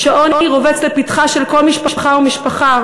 שהעוני רובץ לפתחה של כל משפחה ומשפחה,